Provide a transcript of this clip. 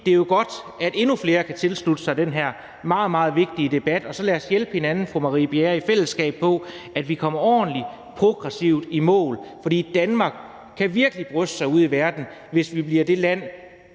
det jo er godt, at endnu flere kan tilslutte sig den her meget, meget vigtige debat. Og så lad os hjælpe hinanden, fru Marie Bjerre, med, at vi i fællesskab kommer ordentligt, progressivt i mål, for Danmark kan virkelig bryste sig af det ude i verden, hvis vi bliver det land